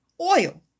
oil